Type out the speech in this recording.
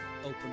open